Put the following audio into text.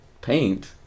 Paint